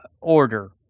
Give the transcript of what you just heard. order